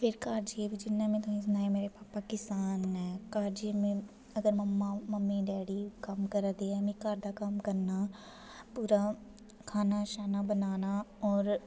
घर जाइयै बी जि'यां में तुसें ई सनाया कि मेरे भापा किसान न घर जाइयै में अगर मम्मा मम्मी डैडी कम्म करा दे हैन में घर दा कम्म करना पूरा खाना शाना बनाना होर